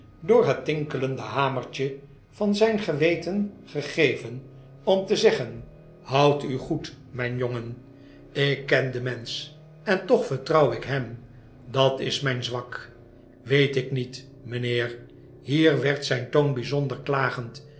door het tinkelende ha mertje van zijn geweten gegeven om te zeggen houd u goed mijn jongen ik ken den mensch en toch vertrouw ik hem dat is mijn zwak weet ik niet mijnheer hier werd zijn toon bijzonder klagend